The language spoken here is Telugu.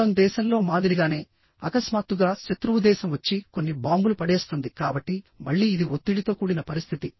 మొత్తం దేశంలో మాదిరిగానే అకస్మాత్తుగా శత్రువు దేశం వచ్చి కొన్ని బాంబులు పడేస్తుంది కాబట్టి మళ్ళీ ఇది ఒత్తిడితో కూడిన పరిస్థితి